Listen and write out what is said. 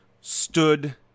stood